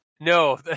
no